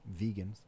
vegans